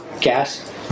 gas